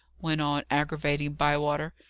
went on aggravating bywater.